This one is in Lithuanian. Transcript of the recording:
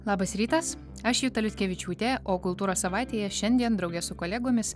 labas rytas aš juta liutkevičiūtė o kultūros savaitėje šiandien drauge su kolegomis